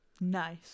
Nice